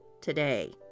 today